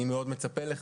אני מאוד מצפה לכך.